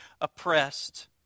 oppressed